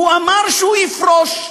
הוא אמר שהוא יפרוש.